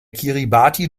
kiribati